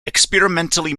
experimentally